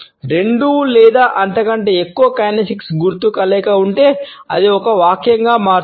రెండు లేదా అంతకంటే ఎక్కువ కైనెసిక్స్ గుర్తు కలయిక ఉంటే అది ఒక వాక్యంగా మారుతుంది